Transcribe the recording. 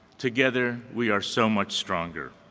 together we are so much stronger,